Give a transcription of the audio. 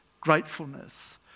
gratefulness